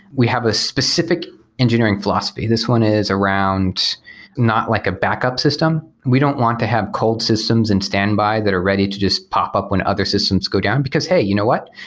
we have a specific engineering philosophy. this one is around not like a backup system. we don't want to have cold systems and standby that are ready to just pop up when other systems go down, because, hey, you know what?